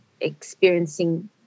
experiencing